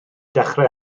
dechrau